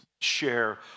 share